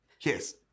Yes